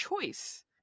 choice